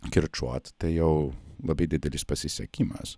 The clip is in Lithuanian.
kirčuot tai jau labai didelis pasisekimas